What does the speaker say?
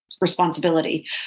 responsibility